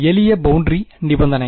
எளிய பௌண்டரி நிபந்தனைகள்